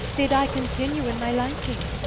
did i continue in my liking?